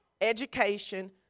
education